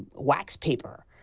wax paper,